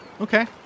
Okay